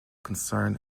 concern